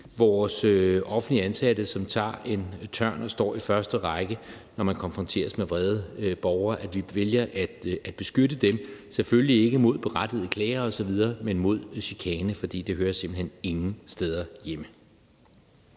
vores offentligt ansatte, som tager en tørn, og som står i første række, når man konfronteres med vrede borgere, altså selvfølgelig ikke mod berettigede klager osv., men mod chikane. For det hører simpelt hen ingen steder hjemme.